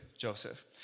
Joseph